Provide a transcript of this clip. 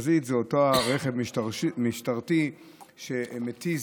מכת"זית זה אותו הרכב המשטרתי שמתיז